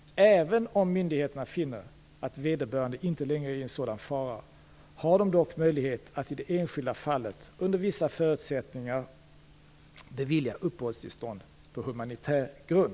Även om myndigheterna finner att vederbörande inte längre är i sådan fara har de dock möjlighet att i det enskilda fallet, under vissa förutsättningar, bevilja uppehållstillstånd på humanitär grund.